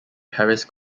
paris